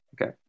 okay